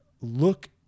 look